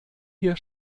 hier